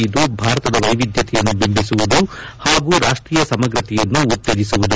ಇದು ಭಾರತದ ವ್ಲೆವಿದ್ಲತೆಯನ್ನು ಬಿಂಬಿಸುವುದು ಹಾಗೂ ರಾಷ್ಷೀಯ ಸಮಗ್ರತೆಯನ್ನು ಉತ್ತೇಜಿಸುವುದು